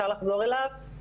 66